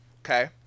okay